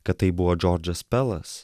kad tai buvo džordžas pelas